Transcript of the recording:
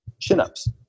chin-ups